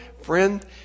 Friend